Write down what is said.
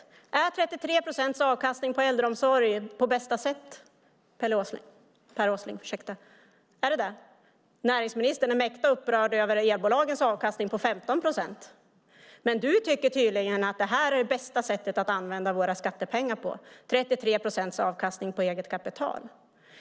Innebär 33 procents avkastning på äldreomsorgen att pengarna används på bästa sätt? Näringsministern är mäkta upprörd över elbolagens avkastning på 15 procent, men du tycker tydligen att det här är bästa sättet att använda våra skattepengar på - 33 procents avkastning på eget kapital.